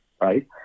right